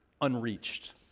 unreached